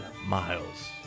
miles